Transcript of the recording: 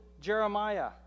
Jeremiah